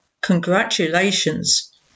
Congratulations